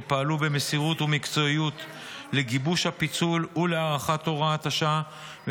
שפעלו במסירות ובמקצועיות לגיבוש הפיצול ולהארכת הוראת השעה,